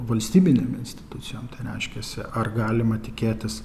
valstybinėm institucijom tai reiškiasi ar galima tikėtis